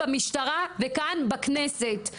במשטרה וכאן בכנסת,